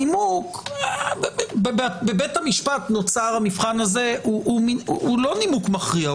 הנימוק בבית המשפט נוצר המבחן הזה, הוא לא מכריע.